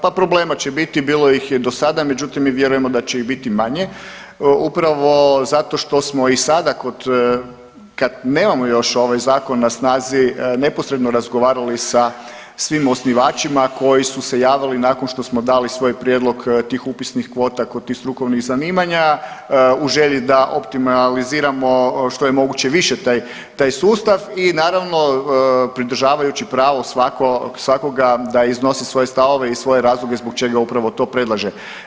Pa problema će biti, bilo ih je do sada, međutim mi vjerujemo da će ih biti manje upravo zato što smo i sada kod kad nemamo još ovaj zakon na snazi neposredno razgovarali sa svim osnivačima koji su se javili nakon što smo dali svoj prijedlog tih upisnih kvota kod tih strukovnih zanimanja u želji da optimaliziramo što je moguće više taj sustav i naravno pridržavajući pravo svakoga da iznosi svoje stavove i svoje razloge zbog čega upravo to predlaže.